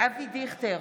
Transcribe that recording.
אבי דיכטר,